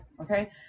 okay